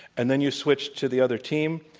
and then you switched to the other team.